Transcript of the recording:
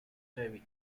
hiv